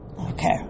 Okay